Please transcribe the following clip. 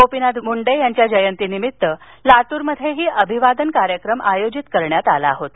गोपीनाथ मुंडे यांच्या जयंतीनिमित्त लातूरमध्येही अभिवादन कार्यक्रम आयोजित करण्यात आला होता